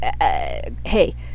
hey